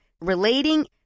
relating